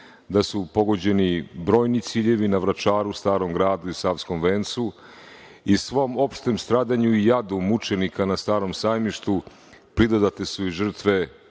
da su pogođeni brojni ciljevi na Vračaru, Starom gradu i Savskom vencu i svom opštem stradanju i jadu mučenika na „Starom sajmištu“ pridodate su i žrtve